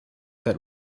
that